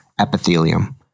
epithelium